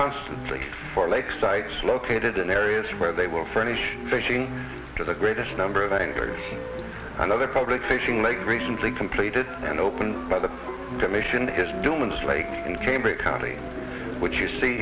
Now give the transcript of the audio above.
constantly for lake sites located in areas where they will furnish fishing to the greatest number of anger and other public fishing lake recently completed and opened by the commission has newman's lake in cambridge county which you see